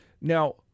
Now